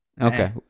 Okay